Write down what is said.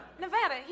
Nevada